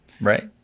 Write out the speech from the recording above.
Right